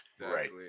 Right